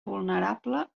vulnerable